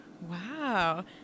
wow